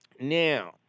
Now